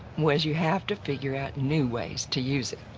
was you have to figure out new ways to use it.